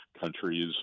countries